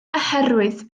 oherwydd